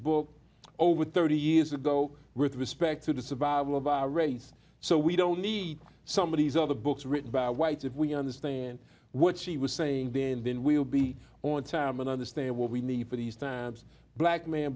book over thirty years ago with respect to the survival of our race so we don't need somebody who's other books written by whites if we understand what she was saying been then we'll be on time and understand what we need for these times black man